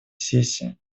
сессии